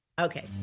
okay